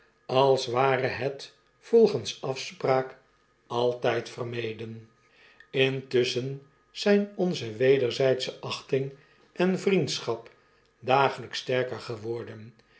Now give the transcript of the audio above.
als ware het volgens afspraak altijd vermeden lntusschen zijn onze wederzijdsche achting en vriendschap dagelijks sterker geworden